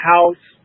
House